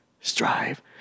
Strive